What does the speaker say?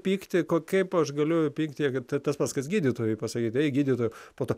pykti kad kaip aš galiu pykti kad tai tas pats kas gydytojui pasakyti ei gydytojau po to